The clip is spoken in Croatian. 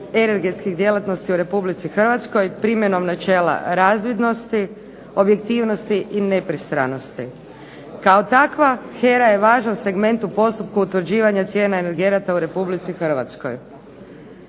energetskih djelatnosti u Republici Hrvatskoj primjenom načela razvidnosti, objektivnosti i nepristranosti. Kao takva HERA je važan segment u postupku utvrđivanja cijena energenata u Republici Hrvatskoj.